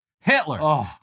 Hitler